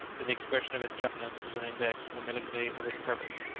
but the expression of his countenance was an index to the malignity of his purpose.